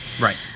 right